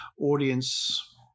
audience